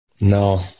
No